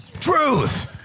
Truth